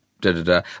da-da-da